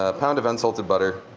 ah pound of unsalted butter.